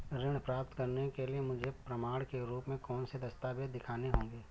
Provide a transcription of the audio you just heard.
ऋण प्राप्त करने के लिए मुझे प्रमाण के रूप में कौन से दस्तावेज़ दिखाने होंगे?